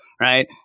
Right